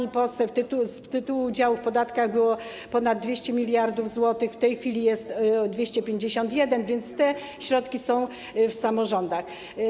Pani poseł... ...z tytułu udziału w podatkach było ponad 200 mld zł, w tej chwili jest 251, więc te środki są w samorządach.